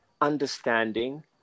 understanding